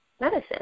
medicine